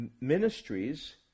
ministries